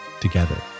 together